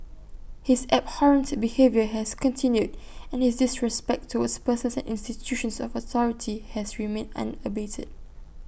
his abhorrent behaviour has continued and his disrespect towards persons and institutions of authority has remained unabated